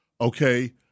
okay